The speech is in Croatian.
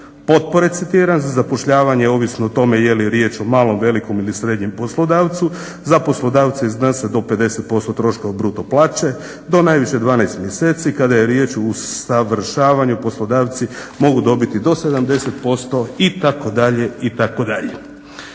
Potpore, citiram, za zapošljavanje ovisno o tome je li riječ o malom, velikom ili srednjem poslodavcu za poslodavca iznose do 50% troškova bruto plaće do najviše 12 mjeseci. Kada je riječ o usavršavanju poslodavci mogu dobiti do 70% itd. I